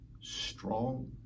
strong